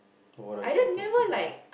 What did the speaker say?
what are you suppose to do